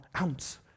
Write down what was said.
ounce